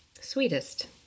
sweetest